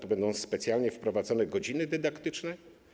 To będą specjalnie wprowadzone godziny dydaktyczne?